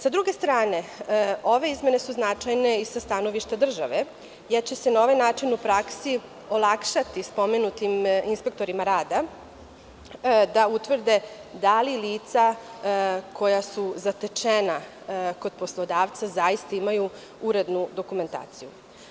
Sa druge strane, ove izmene su značajne i sa stanovišta države, jer će se na ovaj način u praksi olakšati spomenutim inspektorima rada da utvrde da li lica koja su zatečena kod poslodavca zaista imaju urednu dokumentaciju.